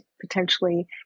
potentially